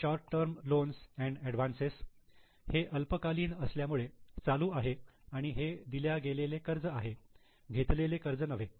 short term loans and advance हे अल्पकालीन असल्यामुळे चालू आहे आणि हे दिल्या गेलेले कर्ज आहे घेतलेले कर्ज नव्हे